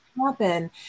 happen